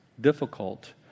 difficult